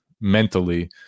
mentally